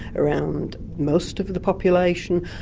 around most of the population,